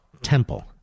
temple